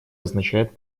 означает